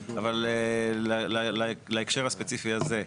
אבל, להקשר הספציפי הזה.